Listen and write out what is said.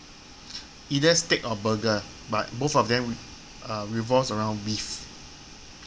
either steak or burger but both of them uh revolves around beef